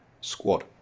squad